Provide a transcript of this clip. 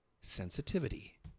Sensitivity